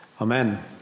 Amen